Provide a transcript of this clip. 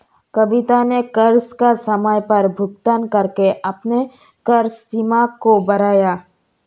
कविता ने कर्ज का समय पर भुगतान करके अपने कर्ज सीमा को बढ़ाया